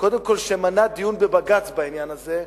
קודם כול שמנע דיון בבג"ץ בעניין הזה,